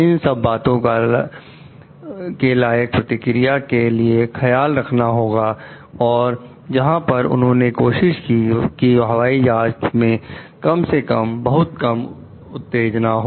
इन सब बातों का लायक प्रतिक्रिया के लिए ख्याल रखना होगा और जहां पर उन्होंने कोशिश की कि हवाई जहाज में कम से कम बहुत कम उत्तेजना हो